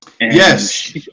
Yes